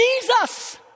jesus